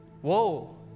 Whoa